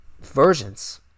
versions